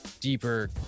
deeper